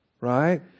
Right